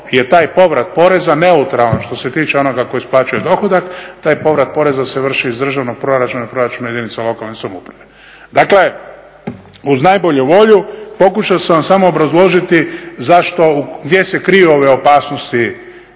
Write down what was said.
je taj povrat poreza neutralan što se tiče onoga tko isplaćuje dohodak, taj povrat poreza se vrši iz državnog proračuna, proračuna jedinica lokalne samouprave. Dakle, uz najbolju volju pokušao sam samo obrazložiti gdje se kriju ove opasnosti